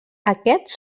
aquests